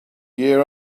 yeah